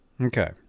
Okay